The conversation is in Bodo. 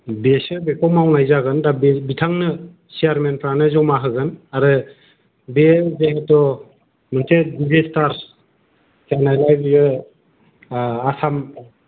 बेसो बेखौ मावनाय जागोन दा बिथांनो चियारमेनफ्रानो जमा होगोन आरो बे जिहेत' मोनसे डिसेस्टार्स जानायला बियो आसाम